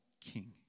king